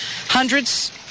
Hundreds